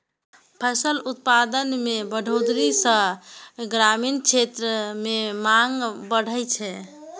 फसल उत्पादन मे बढ़ोतरी सं ग्रामीण क्षेत्र मे मांग बढ़ै छै